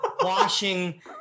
washing